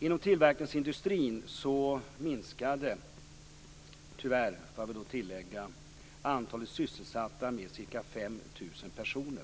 Inom tillverkningsindustrin minskade - tyvärr, får jag tillägga - antalet sysselsatta med ca 5 000 personer,